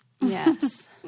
Yes